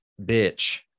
bitch